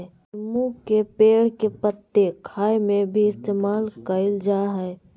नींबू के पेड़ के पत्ते खाय में भी इस्तेमाल कईल जा हइ